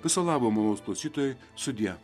viso labo malonūs klausytojai sudie